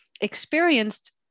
experienced